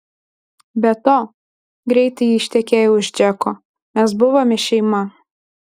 be to greitai ji ištekėjo už džeko mes buvome šeima